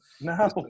No